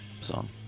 song